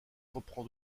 reprend